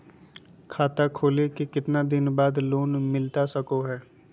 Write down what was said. खाता खोले के कितना दिन बाद लोन मिलता सको है?